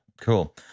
cool